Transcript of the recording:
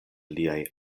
liaj